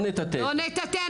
לא נטאטא.